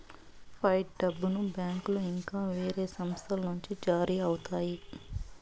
fight డబ్బును బ్యాంకులో ఇంకా వేరే సంస్థల నుండి జారీ అవుతాయి